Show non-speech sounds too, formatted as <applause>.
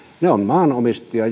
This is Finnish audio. he ovat maanomistajia <unintelligible>